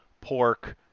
pork